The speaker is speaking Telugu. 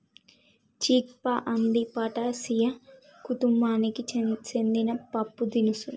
చిక్ పా అంది ఫాటాసియా కుతుంబానికి సెందిన పప్పుదినుసు